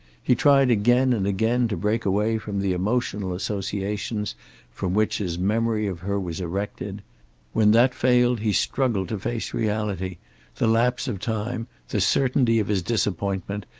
he tried again and again to break away from the emotional associations from which his memory of her was erected when that failed he struggled to face reality the lapse of time, the certainty of his disappointment,